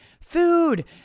food